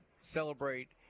celebrate